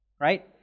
Right